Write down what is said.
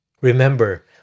Remember